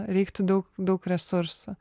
reiktų daug daug resursų